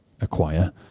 acquire